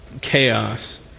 chaos